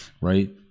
right